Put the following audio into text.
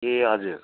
ए हजुर